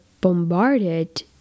bombarded